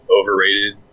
overrated